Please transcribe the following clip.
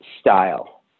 style